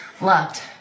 loved